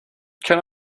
can